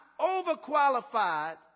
overqualified